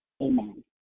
amen